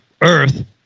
Earth